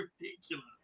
ridiculous